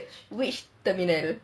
which terminal